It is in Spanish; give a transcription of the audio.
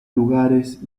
lugares